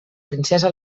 princesa